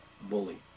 bully